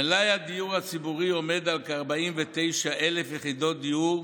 מלאי הדיור הציבורי עומד על כ-49,000 יחידות דיור,